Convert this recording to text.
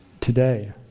today